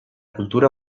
kultura